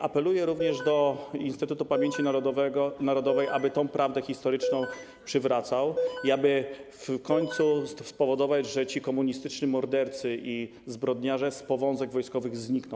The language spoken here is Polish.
Apeluję również do Instytutu Pamięci Narodowej, aby tę prawdę historyczną przywracać i aby w końcu spowodować, że ci komunistyczni mordercy i zbrodniarze z Powązek wojskowych znikną.